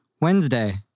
Wednesday